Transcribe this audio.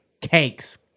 cakes